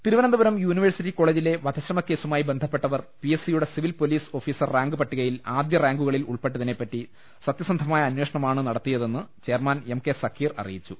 Thiruvananthapuram university കോളെജിലെ വധശ്രമി കേസുമായി ബന്ധപ്പെട്ടവർ പി എസ് സിയുടെ സിവിൽ പൊലീസ് ഓഫീസർ റാങ്ക് പട്ടികയിൽ ആദ്യ റാങ്കുകളിൽ ഉൾപ്പെട്ടതിനെപ്പറ്റി സത്യസന്ധമായ അന്വേഷണമാണ് നടത്തിയതെന്ന് ചെയർമാൻ എം കെ സക്കീർ അറിയിച്ചു